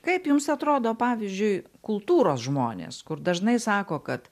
kaip jums atrodo pavyzdžiui kultūros žmonės kur dažnai sako kad